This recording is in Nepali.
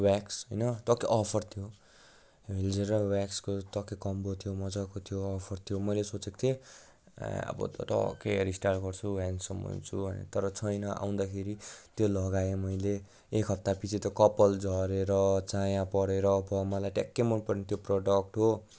व्याक्स् होइन टक्कै अफर थियो जेल र व्याक्सको टक्कै कोम्बो थियो मजाको थियो अफर थियो मैले सोचेको थिएँ ए अब त टक्कै हेयर स्टाइल गर्छु हेन्डसम हुन्छु तर छैन आउँदाखेरि त्यो लगाएँ मैले एक हप्तापछि त कपाल झरेर चाया परेर प मलाई ट्याक्कै मन परेन त्यो प्रडक्ट हो